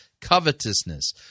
covetousness